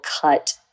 cut